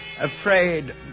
Afraid